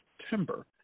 September